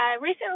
recently